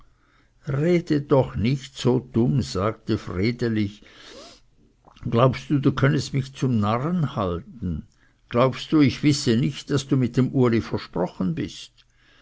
rede doch nicht so dumm sagte vreneli glaubst du könnest mich zum narren halten glaubst du ich wisse nicht daß du mit dem uli versprochen bist